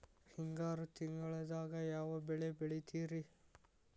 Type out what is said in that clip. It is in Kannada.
ಹಿಂಗಾರು ತಿಂಗಳದಾಗ ಯಾವ ಬೆಳೆ ಬೆಳಿತಿರಿ?